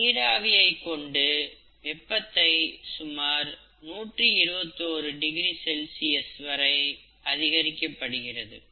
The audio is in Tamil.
நீராவியை கொண்டு வெப்பத்தை சுமார் 121 டிகிரி செல்சியஸ் வரை அதிகரிக்கப்படுகிறது